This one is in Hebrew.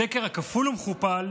השקר כפול ומכופל,